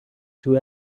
two